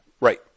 Right